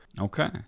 Okay